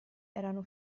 erano